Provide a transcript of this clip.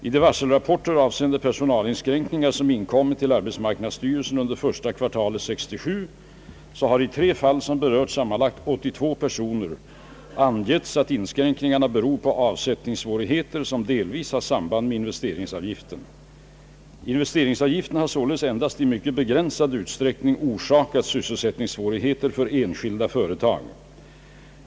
I de varselrapporter avseende personalinskränkningar som inkommit till arbetsmarknadsstyrelsen under första kvartalet 1967 har i tre fall, som berör sammanlagt 82 personer, angetts att inskränkningarna beror på avsättningssvårigheter som delvis har samband med investeringsavgiften. Investeringsavgiften har således endast i mycket begränsad utsträckning orsakat sysselsättningssvårigheter för enskilda företag.